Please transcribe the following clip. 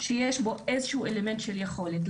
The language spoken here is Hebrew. שיש בו איזשהו אלמנט של יכולת.